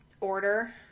order